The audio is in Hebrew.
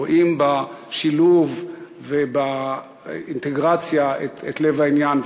רואים בשילוב ובאינטגרציה את לב העניין,